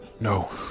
No